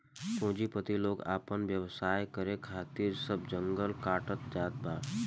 पूंजीपति लोग आपन व्यवसाय करे खातिर सब जंगल काटत जात बावे